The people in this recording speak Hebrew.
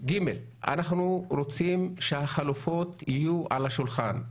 אנחנו רוצים שהחלופות יהיו על השולחן.